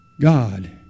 God